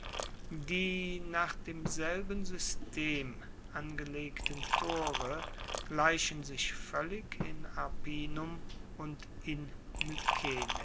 die nach demselben system angelegten tore gleichen sich voellig in arpinum und in